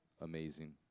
amazing